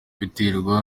biterwa